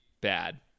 bad